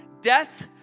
death